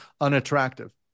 unattractive